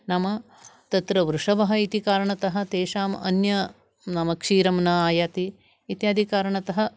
नाम तत्र वृषभः इति कारणतः तेषाम् अन्य नाम क्षीरं न आयाति इत्यादिकारणतः